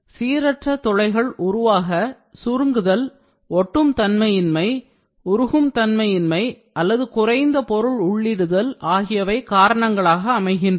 சீரற்ற துளைகள் உருவாக சுருங்குதல் ஒட்டும் தன்மை இன்மை உருகும் தன்மை இன்மை அல்லது குறைந்த பொருள் உள்ளீடுதல் ஆகியவை காரணங்களாக அமைகின்றன